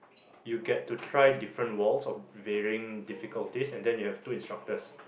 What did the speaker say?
you get to try different walls of varying difficulties and then you have two instructors